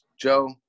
Joe